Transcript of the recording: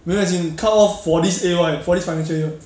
没有 as in cut off for this A_Y for this financial year